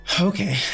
Okay